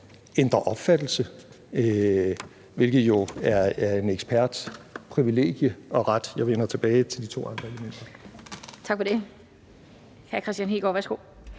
ændrer opfattelse, hvilket jo er en eksperts privilegie og ret. Jeg vender tilbage til de to andre elementer. Kl. 15:26 Den fg. formand